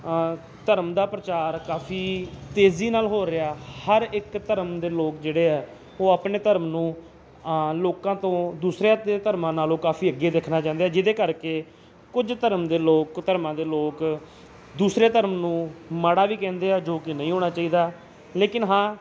ਧਰਮ ਦਾ ਪ੍ਰਚਾਰ ਕਾਫ਼ੀ ਤੇਜ਼ੀ ਨਾਲ ਹੋ ਰਿਹਾ ਹਰ ਇੱਕ ਧਰਮ ਦੇ ਲੋਕ ਜਿਹੜੇ ਆ ਉਹ ਆਪਣੇ ਧਰਮ ਨੂੰ ਲੋਕਾਂ ਤੋਂ ਦੂਸਰਿਆਂ ਦੇ ਧਰਮਾਂ ਨਾਲੋਂ ਕਾਫ਼ੀ ਅੱਗੇ ਦੇਖਣਾ ਚਾਹੁੰਦੇ ਆ ਜਿਹਦੇ ਕਰਕੇ ਕੁਝ ਧਰਮ ਦੇ ਲੋਕ ਧਰਮਾਂ ਦੇ ਲੋਕ ਦੂਸਰੇ ਧਰਮ ਨੂੰ ਮਾੜਾ ਵੀ ਕਹਿੰਦੇ ਆ ਜੋ ਕਿ ਨਹੀਂ ਹੋਣਾ ਚਾਹੀਦਾ ਲੇਕਿਨ ਹਾਂ